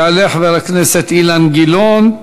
יעלה חבר הכנסת אילן גילאון,